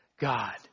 God